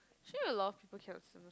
actually a lot of people cannot